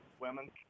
women